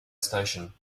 station